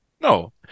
no